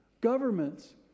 Governments